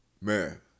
man